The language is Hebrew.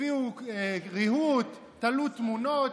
הביאו ריהוט, תלו תמונות.